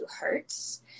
Hertz